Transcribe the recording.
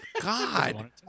God